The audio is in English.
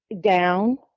down